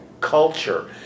culture